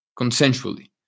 consensually